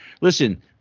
Listen